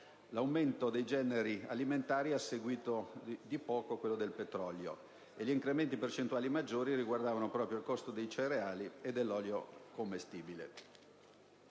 L'aumento dei generi alimentari aveva seguito di poco quello del petrolio, e gli incrementi percentuali maggiori riguardavano proprio il costo dei cereali e dell'olio commestibile.